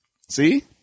See